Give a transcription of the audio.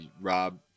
Rob